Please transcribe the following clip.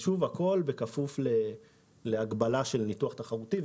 הכול, כמובן, בכפוף להגבלה של ניתוח תחרותי.